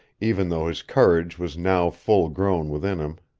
even though his courage was now full-grown within him.